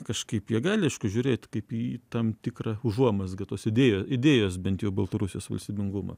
kažkaip jie gali žiūrėt kaip į tam tikrą užuomazgą tos idėjos idėjos bent jau baltarusijos valstybingumą